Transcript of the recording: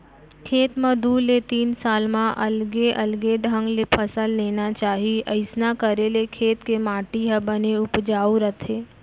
खेत म दू ले तीन साल म अलगे अलगे ढंग ले फसल लेना चाही अइसना करे ले खेत के माटी ह बने उपजाउ रथे